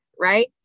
Right